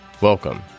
Welcome